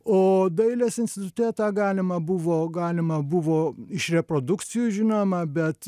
o dailės institute tą galima buvo galima buvo iš reprodukcijų žinomą bet